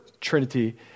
Trinity